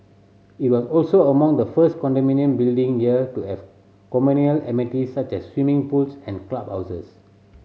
it was also among the first condominium building here to have communal amenity such as swimming pools and clubhouses